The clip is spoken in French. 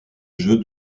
jeu